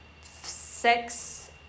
six